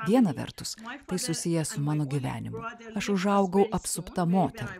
viena vertus tai susijęs su mano gyvenimu aš užaugau apsupta moterų